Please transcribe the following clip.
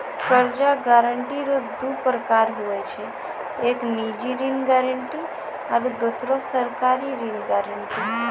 कर्जा गारंटी रो दू परकार हुवै छै एक निजी ऋण गारंटी आरो दुसरो सरकारी ऋण गारंटी